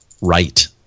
right